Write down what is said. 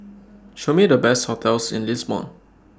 Show Me The Best hotels in Lisbon